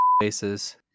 faces